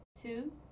two